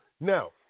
Now